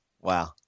Wow